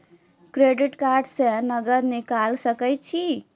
Credit card से नगद निकाल सके छी?